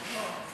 לא,